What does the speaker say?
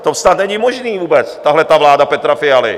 To snad není možné vůbec, tahleta vláda Petra Fialy.